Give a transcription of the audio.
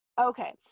Okay